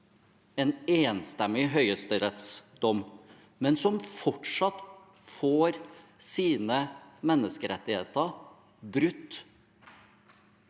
en enstemmig høyesterettsdom, men som fortsatt får sine menneskerettigheter brutt.